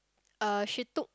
uh she took